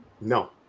No